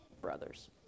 brothers